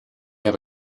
have